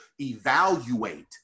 evaluate